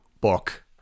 book